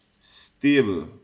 stable